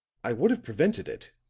i would have prevented it.